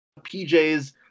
PJs